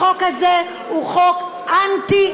החוק הזה הוא חוק אנטי-חוקתי.